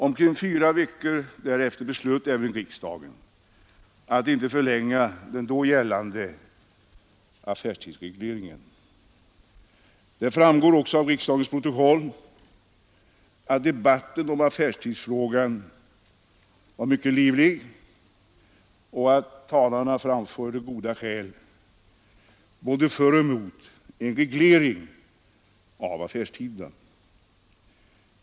Omkring fyra veckor därefter beslöt även riksdagen att inte förlänga den då gällande affärstidsregleringen. Det framgår också av riksdagens protokoll att debatten om affärstidsfrågan var mycket livlig och att talarna framförde goda skäl både för och emot en reglering av affärstiden.